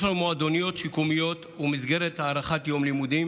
יש לנו מועדוניות שיקומיות ומסגרת הערכת יום לימודים.